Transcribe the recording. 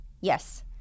Yes